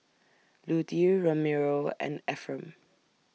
Lutie Ramiro and Efrem